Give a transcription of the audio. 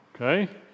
Okay